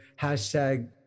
hashtag